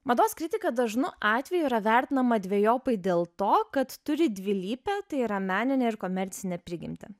mados kritika dažnu atveju yra vertinama dvejopai dėl to kad turi dvilypę tai yra meninę ir komercinę prigimtį